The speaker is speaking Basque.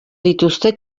dituzte